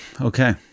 Okay